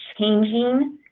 changing